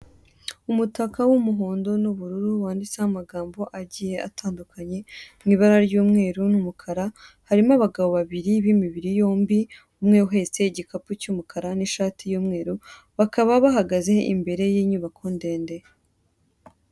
Umutaka w'umuhondo nu'bururu wandisteho amagambo agiye atandukanye mu ibara ry'umweru n'umukara harimo abagabo babiri b'imibiri yombi umwe uhetse igikapu cyumukara n'ishati yumweru, bakaba bahagaze imbere y'inyubako ndende.